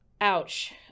Ouch